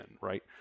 right